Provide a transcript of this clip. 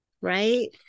right